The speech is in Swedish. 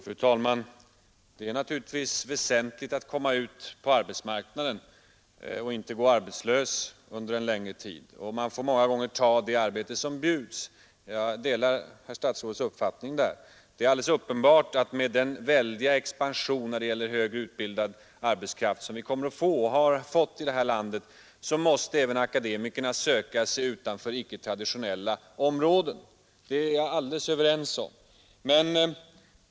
Fru talman! Det är naturligtvis väsentligt att komma ut på arbetsmarknaden och inte gå arbetslös under en längre tid, och man får många gånger ta det arbete som bjuds. Jag delar herr statsrådets uppfattning där. Det är alldeles uppenbart att med den väldiga expansion som vi har fått och kommer att få i det här landet när det gäller högre utbildad arbetskraft, måste även akademikerna söka sig utanför de traditionella områdena. Det är jag alldeles överens med statsrådet om.